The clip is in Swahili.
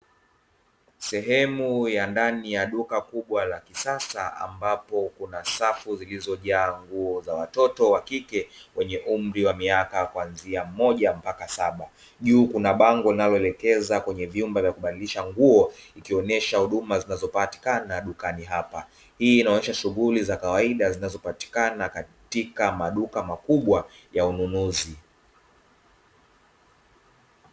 Sehemu ya ndani ya duka kubwa la kisasa ambapo kuna safu zilizojaa nguo za watoto wa kike wenye umri wa miaka kuanzia moja mpaka saba. Juu kuna bango linaloelekeza kwenye vyumba vya kubadilisha nguo ikionyesha huduma zinazopatikana dukani hapa. Hii inaonyesha shughuli za kawaida zinazopatikana katika maduka makubwa ya ununuzi.